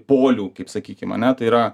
polių kaip sakykim ane tai yra